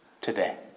today